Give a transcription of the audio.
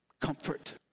Comfort